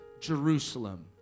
Jerusalem